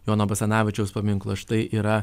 jono basanavičiaus paminklo štai yra